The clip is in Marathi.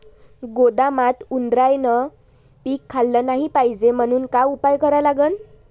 गोदामात उंदरायनं पीक खाल्लं नाही पायजे म्हनून का उपाय करा लागन?